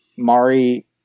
Mari